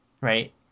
Right